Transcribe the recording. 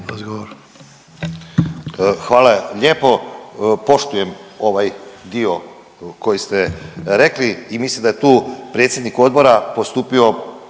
Hvala lijepo. Poštujem ovaj dio koji ste rekli i mislim da je tu predsjednik odbora postupio